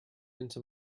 into